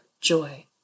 joy